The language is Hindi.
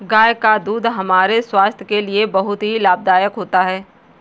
गाय का दूध हमारे स्वास्थ्य के लिए बहुत ही लाभदायक होता है